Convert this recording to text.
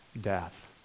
death